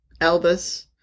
Elvis